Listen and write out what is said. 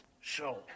Show